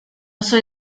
soy